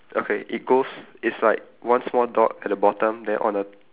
okay it goes it's like one small dot at the bottom then on the